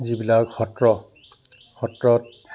যিবিলাক সত্ৰ সত্ৰত